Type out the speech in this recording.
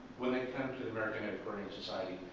when they come to the american antiquarian society,